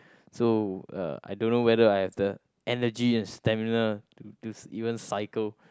so uh I don't know whether I have the energy and stamina to to even cycle